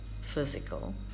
physical